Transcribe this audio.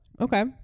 okay